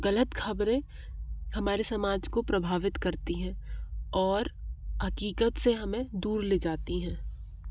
गलत खबरें हमारे समाज को प्रभावित करती हैं और हकीकत से हमें दूर ले जाती हैं